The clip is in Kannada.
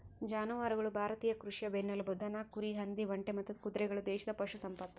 ಜಾನುವಾರುಗಳು ಭಾರತೀಯ ಕೃಷಿಯ ಬೆನ್ನೆಲುಬು ದನ ಕುರಿ ಹಂದಿ ಒಂಟೆ ಮತ್ತು ಕುದುರೆಗಳು ದೇಶದ ಪಶು ಸಂಪತ್ತು